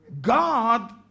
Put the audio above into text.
God